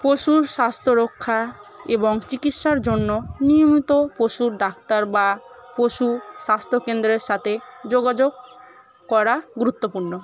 পশুর স্বাস্থ্য রক্ষা এবং চিকিৎসার জন্য নিয়মিত পশুর ডাক্তার বা পশু স্বাস্থ্যকেন্দ্রের সাথে যোগাযোগ করা গুরুত্বপূর্ণ